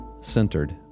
centered